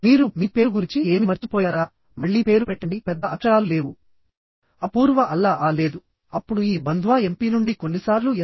మీరు మీ పేరు గురించి ఏమి మర్చిపోయారా మళ్ళీ పేరు పెట్టండి పెద్ద అక్షరాలు లేవు అపూర్వ అల్లా AA లేదు అప్పుడు ఈ బంధ్వా ఎంపీ నుండి కొన్నిసార్లు ఎస్